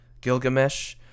Gilgamesh